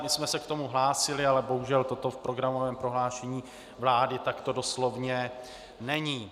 My jsme se k tomu hlásili, ale bohužel toto v programovém prohlášení vlády takto doslovně není.